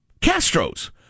Castro's